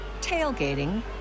tailgating